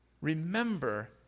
Remember